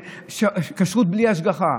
הדברים שם ברורים וחדים בצורה מאוד מאוד חדה וברורה.